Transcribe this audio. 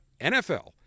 NFL